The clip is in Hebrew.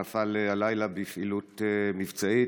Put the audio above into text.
נפל הלילה בפעילות מבצעית.